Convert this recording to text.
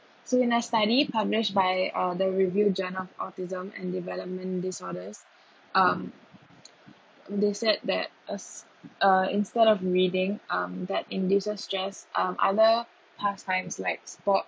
so in a study published by uh the review journal autism and development disorders um they said that us uh instead of reading um that induces stress um other pastimes like sports